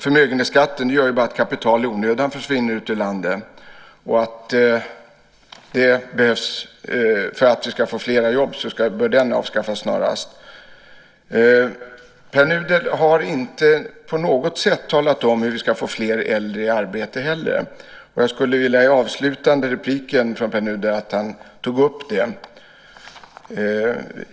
Förmögenhetsskatten gör att kapital i onödan försvinner ut ur landet. För att vi ska få fler jobb bör den avskaffas snarast. Pär Nuder har inte på något sätt talat om hur vi ska få fler äldre i arbete heller. Jag skulle vilja att han avslutar med att ta upp det.